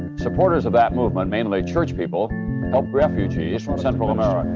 and supporters of that movement, mainly church people help refugees from central america.